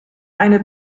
eine